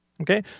Okay